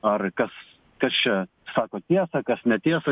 ar kas kas čia sako tiesą kas netiesą